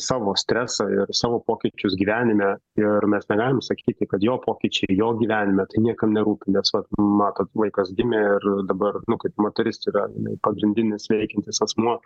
savo stresą ir savo pokyčius gyvenime ir mes negalim sakyti kad jo pokyčiai jo gyvenime tai niekam nerūpi nes va matot vaikas gimė ir dabar nu kaip moteris yra jinai pagrindinis veikiantis asmuo